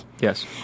Yes